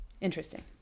Interesting